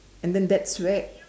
and then that's where